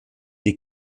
die